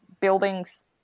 buildings